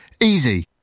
Easy